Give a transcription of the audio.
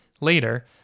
later